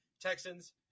Texans